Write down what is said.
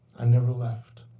i never left.